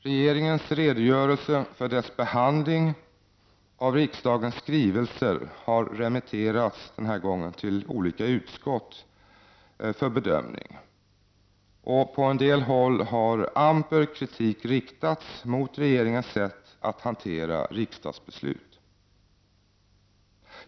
Regeringens redogörelse för dess behandling av riksdagens skrivelser har den här gången remitterats till olika utskott för bedömning, och på en del håll har amper kritik riktats mot regeringens sätt att hantera riksdagsbeslut.